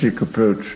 approach